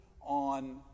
on